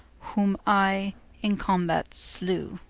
whom i in combat slew